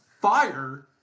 fire